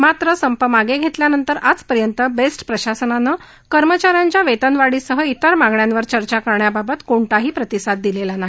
मात्र संप मागे घेतल्यानंतर आजपर्यंत बेस्ट प्रशासनानं कर्मचाऱ्यांच्या वेतनवाढीसह तिर मागण्यांवर चर्चा करण्याबाबत कोणताही प्रतिसाद दिलेला नाही